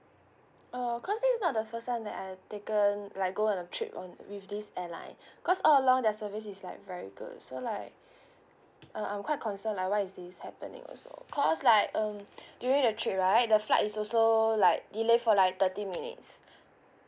uh cause this is not the first time that I've taken like go on a trip on with this airline cause all along their service is like very good so like uh I'm quite concerned like why is this happening also cause like um during the trip right the flight is also like delay for like thirty minutes